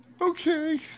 Okay